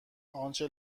آنچه